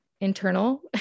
internal